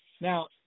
Now